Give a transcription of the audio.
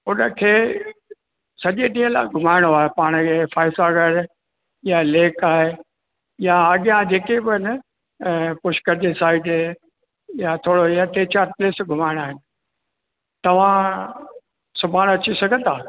उन खे सॼे ॾींहं लाइ घुमाइणो आहे पाण जे फाइवसागर या लेक आहे या अॻिया जेके बि आहिनि ऐं पुष्कर जे साइड जेके या थोरो टे चारि प्लेस घुमाइणा आहिनि तव्हां सुभाणे अची सघंदा